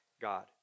God